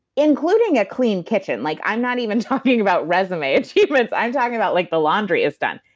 including a clean kitchen. like, i'm not even talking about resume achievements, i'm talking about like the laundry is done.